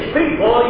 people